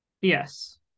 Yes